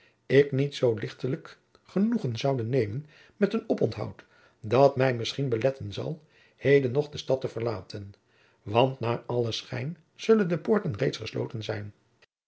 ik niet zoo lichtelijk genoegen zoude nemen met een oponthoud dat mij misschien beletten zal heden nog de stad te verlaten want naar allen schijn zullen de poorten reeds gesloten zijn